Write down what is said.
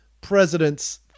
president's